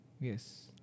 Yes